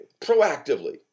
proactively